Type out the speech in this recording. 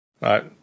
right